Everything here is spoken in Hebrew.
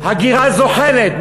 הגירה זוחלת.